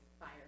fire